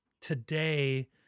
today